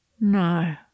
No